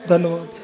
ਧੰਨਵਾਦ